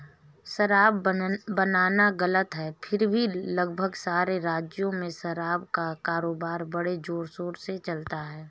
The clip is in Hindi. शराब बनाना गलत है फिर भी लगभग सारे राज्यों में शराब का कारोबार बड़े जोरशोर से चलता है